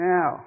Now